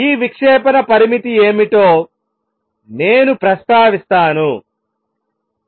ఈ విక్షేపణ పరిమితి ఏమిటో నేను ప్రస్తావిస్తాను θλd